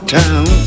town